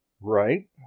Right